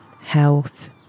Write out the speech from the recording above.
health